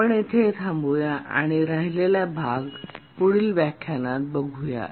आपण येथे थांबूया आणि राहिलेला भाग आपण पुढील व्याख्यान पाहूया